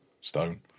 stone